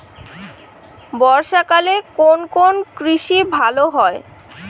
বর্ষা কালে কোন কোন কৃষি ভালো হয়?